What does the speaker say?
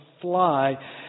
fly